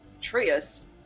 trius